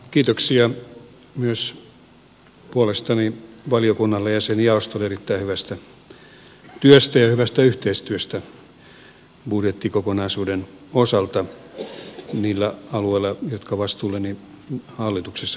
kiitoksia myös puolestani valiokunnalle ja sen jaostolle erittäin hyvästä työstä ja hyvästä yhteistyöstä budjettikokonaisuuden osalta niillä alueilla jotka vastuulleni hallituksessa kuuluvat